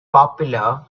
popular